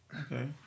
Okay